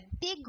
big